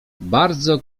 bardzo